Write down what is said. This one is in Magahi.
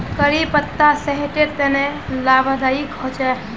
करी पत्ता सेहटर तने लाभदायक होचे